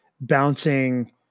bouncing